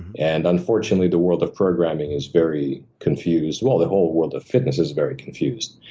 and unfortunately, the world of programming is very confused. well, the whole world of fitness is very confused.